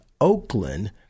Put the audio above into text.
Oakland